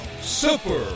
Super